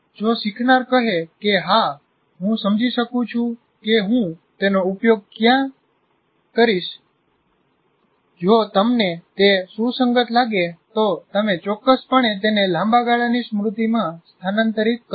જો શીખનાર કહે કે હા હું સમજી શકું છું કે હું તેનો ક્યાં ઉપયોગ કરીશ જો તમને તે સુસંગત લાગે તો તમે ચોક્કસપણે તેને લાંબા ગાળાની સ્મૃતિમાં સ્થાનાંતરિત કરશો